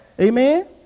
Amen